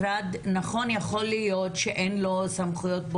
שהמשרד נכון יכול להיות שאין לו סמכויות,